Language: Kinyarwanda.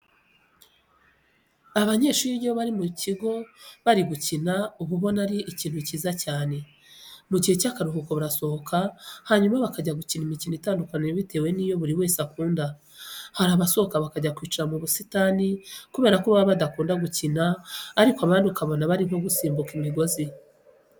Abanyeshuri iyo bari mu kigo bari gukina uba ubona ari ikintu cyiza cyane. Mu gihe cy'akaruhuko barasohoka hanyuma bakajya gukina imikino itandukanye bitewe n'iyo buri wese akunda. Hari abasohoka bakajya kwicara mu busitani kubera ko baba badakunda gukina, ariko abandi ukabona bari nko gusimbuka imigozi.